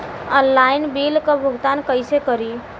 Online bill क भुगतान कईसे करी?